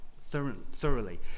thoroughly